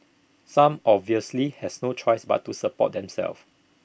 some obviously has no choice but to support themselves